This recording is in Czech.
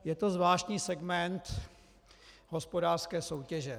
Je to zvláštní segment hospodářské soutěže.